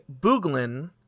Booglin